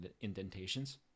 indentations